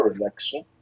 election